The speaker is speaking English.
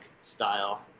style